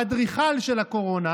האדריכל של הקורונה,